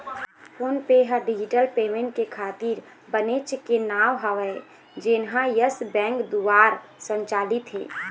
phone पे ह digital payment के खातिर बनेच के नांव हवय जेनहा यस बेंक दुवार संचालित हे